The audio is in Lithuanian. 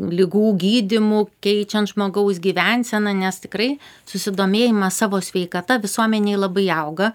ligų gydymu keičiant žmogaus gyvenseną nes tikrai susidomėjimas savo sveikata visuomenėj labai auga